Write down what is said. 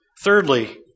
Thirdly